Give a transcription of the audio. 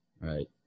right